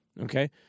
okay